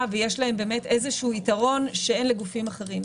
ויש להם באמת איזשהו יתרון שאין לגופים אחרים.